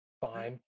fine